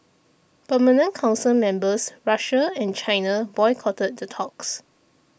permanent council members Russia and China boycotted the talks